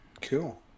Cool